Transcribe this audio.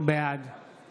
בעד